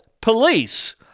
Police